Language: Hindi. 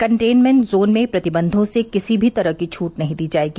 कंटेनमेंट जोन में प्रतिबंधों से किसी तरह की छूट नहीं दी जाएगी